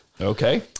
Okay